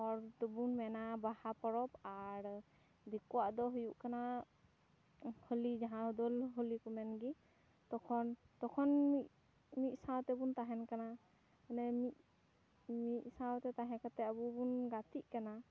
ᱦᱚᱲ ᱫᱚᱵᱚᱱ ᱢᱮᱱᱟ ᱵᱟᱦᱟ ᱯᱚᱨᱚᱵᱽ ᱟᱨ ᱫᱤᱠᱩᱣᱟᱜ ᱫᱚ ᱦᱩᱭᱩᱜ ᱠᱟᱱᱟ ᱠᱷᱟᱹᱞᱤ ᱡᱟᱦᱟᱸ ᱫᱳᱞ ᱦᱳᱞᱤ ᱠᱚ ᱢᱮᱱ ᱜᱮ ᱛᱚᱠᱷᱚᱱ ᱢᱤᱫ ᱥᱟᱶ ᱛᱮᱵᱚᱱ ᱛᱟᱦᱮᱱ ᱠᱟᱱᱟ ᱢᱟᱱᱮ ᱢᱤᱫ ᱢᱤᱫᱥᱟᱶᱛᱮ ᱛᱟᱦᱮᱸ ᱠᱟᱛᱮ ᱟᱵᱚ ᱵᱚᱱ ᱜᱟᱛᱮᱜ ᱠᱟᱱᱟ